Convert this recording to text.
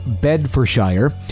Bedfordshire